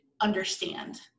understand